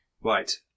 right